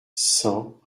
cent